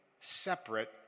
separate